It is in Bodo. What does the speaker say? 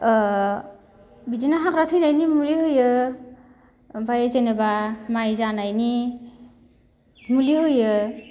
ओ बिदिनो हाग्रा थैनायनि मुलि होयो ओमफाय जेनोबा माइ जानायनि मुलि होयो